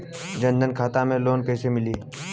जन धन खाता से लोन कैसे मिली?